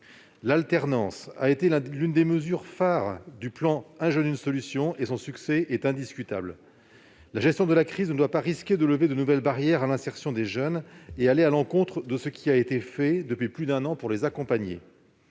L'alternance a été l'une des mesures phares du plan « 1 jeune, 1 solution ». Son succès est indiscutable. La gestion de la crise ne doit pas risquer de dresser de nouvelles barrières à l'insertion des jeunes et d'aller à l'encontre de ce qui a été fait depuis plus d'un an pour les accompagner.